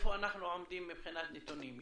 איפה אנחנו עומדים מבחינת נתונים?